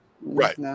Right